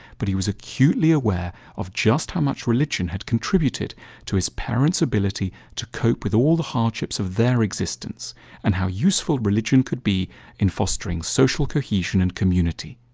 but he was acutely aware of just how much religion had contributed to his parents' ability to cope with all the hardships of their existence and how useful religion could be in fostering social cohesion and community.